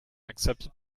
accepted